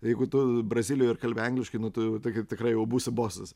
jeigu tu brazilijoj ir kalbi angliškai nu tu jau tik tikrai jau būsi bosas